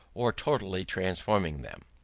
or totally transforming them.